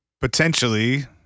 potentially